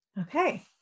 Okay